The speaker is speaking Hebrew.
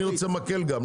אני רוצה מקל גם,